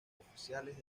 oficiales